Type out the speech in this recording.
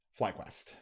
FlyQuest